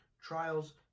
trials